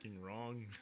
wrong